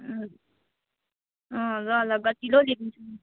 अँ ल ल गतिलो ल्याइदिन्छु नि